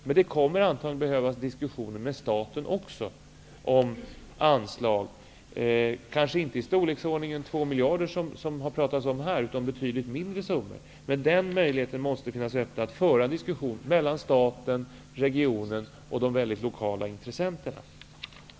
Men det kommer antagligen att behövas diskussioner också med staten om anslag, kanske inte i storleksordningen 2 miljarder -- som det här har talats om -- utan betydligt mindre summor. Det måste finnas öppenhet för att kunna föra en diskussion mellan staten, regionen och de lokala intressenterna.